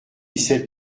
cette